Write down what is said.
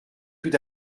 tout